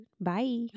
Bye